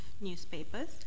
newspapers